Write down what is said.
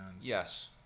Yes